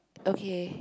okay